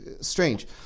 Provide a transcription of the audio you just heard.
strange